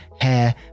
hair